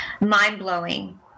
Mind-blowing